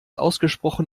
ausgesprochen